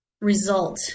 result